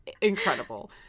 incredible